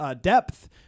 depth